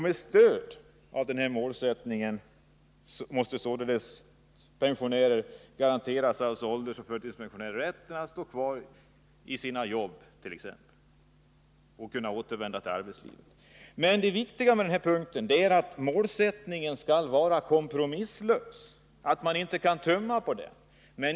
Med stöd av denna målsättning måste således alla åldersoch förtidspensionärer garanteras rätten att stå kvar i resp. återvända till arbetslivet. Men det viktiga med denna punkt är att målsättningen skall vara kompromisslös — att man inte kan tumma på den.